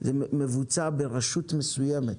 מבוצעים ברשות מסוימת.